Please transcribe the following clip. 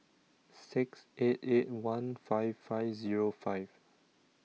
six eight eight one five five Zero five